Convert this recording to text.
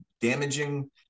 damaging